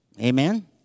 Amen